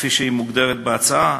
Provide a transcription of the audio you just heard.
כפי שהיא מוגדרת בהצעה,